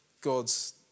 God's